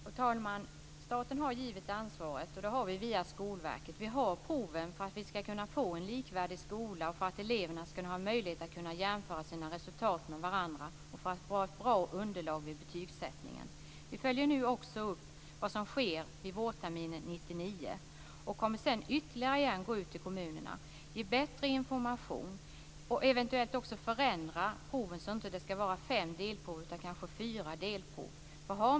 Fru talman! Staten har givetvis ansvaret via Skolverket. Vi har dessa prov för att få en likvärdig skola och för att eleverna skall ha en möjlighet att jämföra sina resultat mot varandra och för att få ett bra underlag vid betygssättningen. Vi följer nu också upp vad som sker vårterminen 1999 och kommer sedan att ytterligare gå ut till kommunerna med bättre information. Eventuellt kommer vi också att förändra proven, så att det inte blir fem utan kanske fyra delprov.